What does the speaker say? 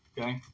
Okay